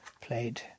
played